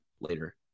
later